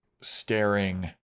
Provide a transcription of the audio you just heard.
staring